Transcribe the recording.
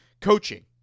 Coaching